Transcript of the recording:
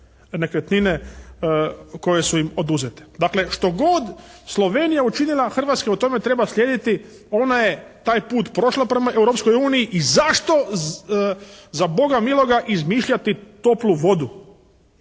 nekretnine koje su im oduzete. Dakle što god Slovenija učinila, Hrvatska je u tome treba slijediti. Ona je taj put prošla prema Europskoj uniji i zašto za Boga miloga izmišljati toplu vodu